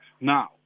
Now